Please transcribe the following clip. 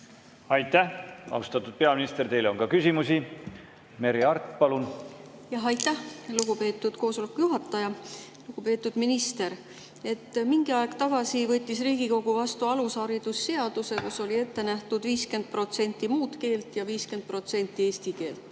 Aitäh, austatud peaminister! Teile on ka küsimusi. Merry Aart, palun! Aitäh, lugupeetud koosoleku juhataja! Lugupeetud minister! Mingi aeg tagasi võttis Riigikogu vastu alushariduse seaduse, kus oli ette nähtud 50% muud keelt ja 50% eesti keelt.